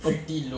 but